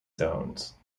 zones